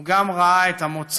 הוא גם ראה את המוצא.